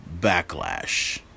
Backlash